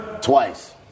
twice